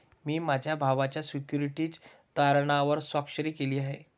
मी माझ्या भावाच्या सिक्युरिटीज तारणावर स्वाक्षरी केली आहे